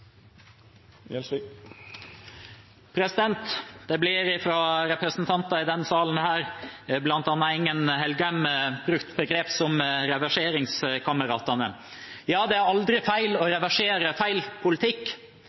beklagelig. Det blir fra representanter i denne salen, bl.a. fra Engen-Helgheim, brukt begreper som «reverseringskameratene». Ja, det er aldri feil å reversere feil politikk,